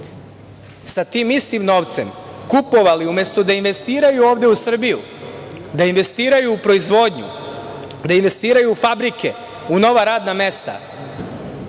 sa tim istim novcem kupovali, umesto da investiraju ovde u Srbiju, da investiraju u proizvodnju, da investiraju u fabrike, u nova radna mesta,